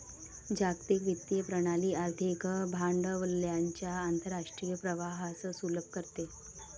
जागतिक वित्तीय प्रणाली आर्थिक भांडवलाच्या आंतरराष्ट्रीय प्रवाहास सुलभ करते